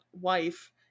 wife